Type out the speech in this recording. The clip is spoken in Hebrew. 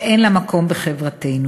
שאין לה מקום בחברתנו.